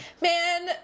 Man